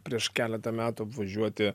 prieš keletą metų apvažiuoti